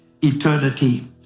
eternity